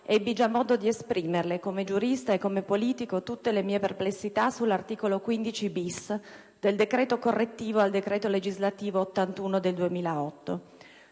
ebbi già modo di esprimerle, come giurista e come politico, tutte le mie perplessità sull'articolo 15-*bis* del decreto correttivo del decreto legislativo n. 81 del 2008.